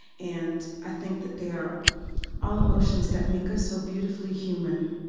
and i think that they are all emotions that make us so beautifully human.